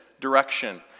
direction